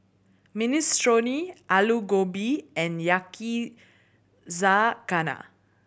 Minestrone Alu Gobi and Yakizakana